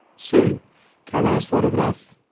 same kamaran's photograph.